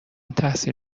تحصیل